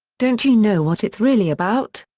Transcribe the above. don't you know what it's really about?